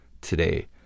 today